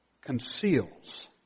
conceals